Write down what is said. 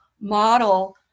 model